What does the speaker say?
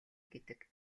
гэдэг